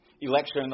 election